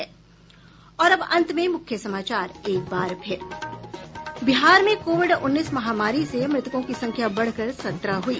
और अब अंत में मुख्य समाचार एक बार फिर बिहार में कोविड उन्नीस महामारी से मृतकों की संख्या बढ़कर सत्रह हुई